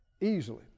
easily